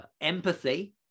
empathy